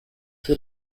für